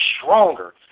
stronger